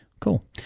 Cool